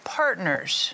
partners